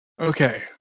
Okay